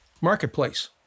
marketplace